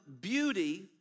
beauty